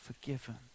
forgiven